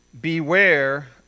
Beware